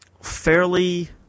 fairly